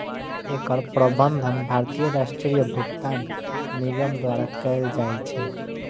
एकर प्रबंधन भारतीय राष्ट्रीय भुगतान निगम द्वारा कैल जाइ छै